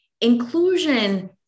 Inclusion